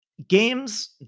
Games